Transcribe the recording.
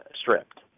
stripped